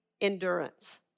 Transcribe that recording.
endurance